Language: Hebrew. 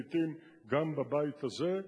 לעתים גם בבית הזה.